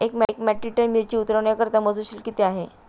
एक metric tonne मिरची उतरवण्याकरता मजूर शुल्क किती आहे?